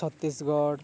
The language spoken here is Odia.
ଛତିଶଗଡ଼